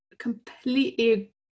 completely